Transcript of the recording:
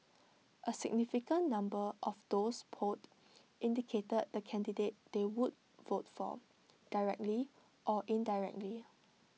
A significant number of those polled indicated the candidate they would vote for directly or indirectly